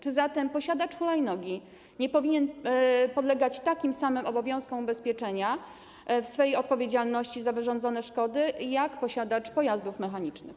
Czy zatem posiadacz hulajnogi nie powinien podlegać takim samym obowiązkom ubezpieczenia w zakresie odpowiedzialności za wyrządzone szkody jak posiadacz pojazdów mechanicznych?